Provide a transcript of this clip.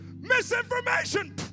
Misinformation